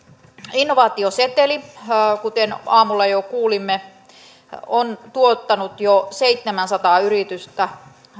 innovaatioseteli kuten aamulla jo kuulimme on tuottanut jo seitsemänsataa yritystä